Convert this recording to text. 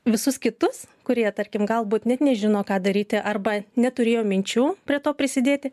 visus kitus kurie tarkim galbūt net nežino ką daryti arba neturėjo minčių prie to prisidėti